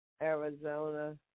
Arizona